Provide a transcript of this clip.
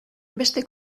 beste